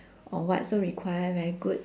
or what so require very good